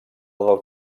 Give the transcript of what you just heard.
del